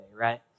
right